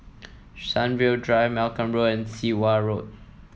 Sunview Drive Malcolm Road and Sit Wah Road